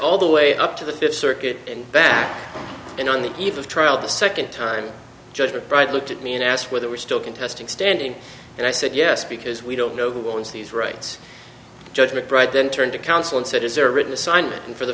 all the way up to the fifth circuit and back in on the eve of trial the second time judgment bride looked at me and asked whether we're still contesting standing and i said yes because we don't know who owns these rights judge mcbride then turned to counsel and said is there a written assignment for the